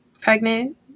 pregnant